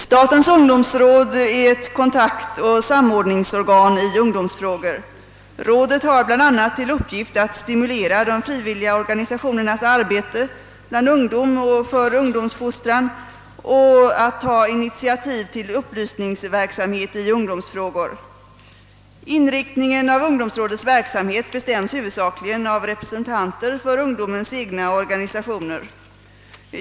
Statens ungdomsråd är ett kontaktoch samordningsorgan i ungdomsfrågor, Rådet har bl.a. till uppgift att stimulera de frivilliga organisationernas arbete bland ungdom och för ungdomsfostran och att ta initiativ till upplysningsverksamhet i ungdomsfrågor. Inriktningen av ungdomsrådets verksamhet bestäms huvudsakligen av representanter för ungdomens egna organisationer.